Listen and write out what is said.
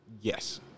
yes